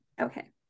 okay